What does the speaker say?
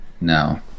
no